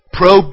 pro